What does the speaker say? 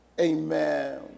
Amen